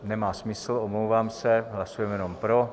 Nemá smysl, omlouvám se, hlasujeme jenom pro.